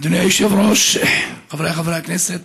אדוני היושב-ראש, חבריי חברי הכנסת,